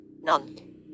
none